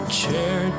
chair